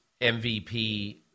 MVP